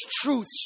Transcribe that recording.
truths